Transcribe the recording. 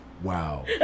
wow